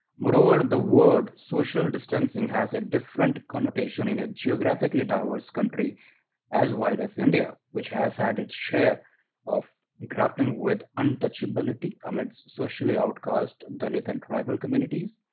moreover, the word social distancing has a different connotation in a geographically diverse country as wide as india, which has had its share of grappling with untouchability amidst socially outcast dalit and tribal communities,